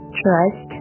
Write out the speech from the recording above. trust